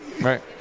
Right